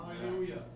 Hallelujah